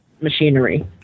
machinery